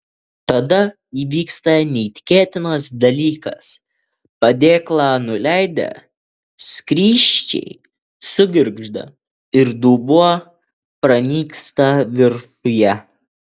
tada įvyksta neįtikėtinas dalykas padėklą nuleidę skrysčiai sugirgžda ir dubuo pranyksta viršuje